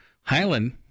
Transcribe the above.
Highland